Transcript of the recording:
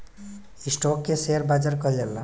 stock के share बाजार कहल जाला